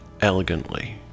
elegantly